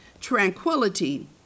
tranquility